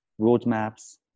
roadmaps